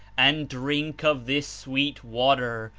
and drink of this sweet water,